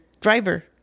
driver